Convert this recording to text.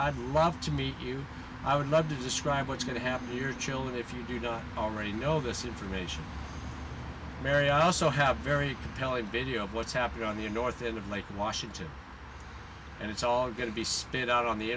i'd love to meet you i would love to describe what's going to happen to your children if you don't already know this information mary i also have very compelling video of what's happening on the north end of lake washington and it's all going to be spit out on the